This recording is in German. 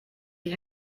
die